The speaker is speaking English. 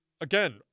again